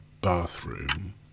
bathroom